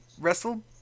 wrestled